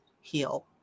heal